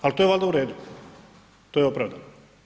Ali to je valjda u redu, to je opravdano.